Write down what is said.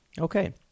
Okay